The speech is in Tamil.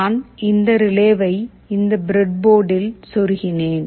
நான் இந்த ரிலேவை இந்த ப்ரெட் போர்டில் சொருகினேன்